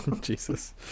Jesus